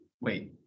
wait